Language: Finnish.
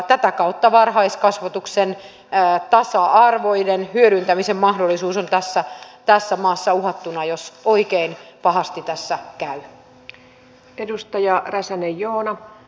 tätä kautta tasa arvoinen varhaiskasvatuksen hyödyntämisen mahdollisuus on tässä maassa uhattuna jos oikein pahasti tässä käy